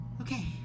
Okay